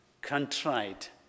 contrite